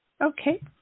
Okay